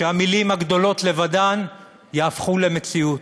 שהמילים הגדולות לבדן יהפכו למציאות.